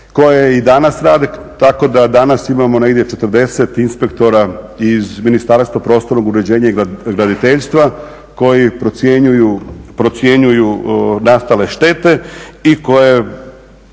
koje i danas rade, tako da danas imamo negdje 40 inspektora iz Ministarstva prostornog uređenja i graditeljstva koji procjenjuju nastale štete i koji